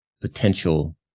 potential